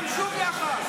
להיות קשובים.